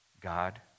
God